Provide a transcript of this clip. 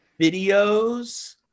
videos